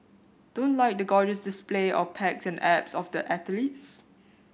don't like the gorgeous display of pecs and abs of the athletes